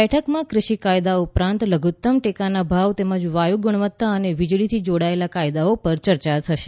બેઠકમાં કૃષિ કાયદા ઉપરાંત લધુત્તમ ટેકાના ભાવ તેમજ વાયુ ગુણવતા અને વિજળીથી જોડાયેલા કાયદાઓ પર ચર્ચા થશે